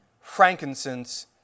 frankincense